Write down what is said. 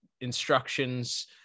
instructions